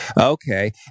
Okay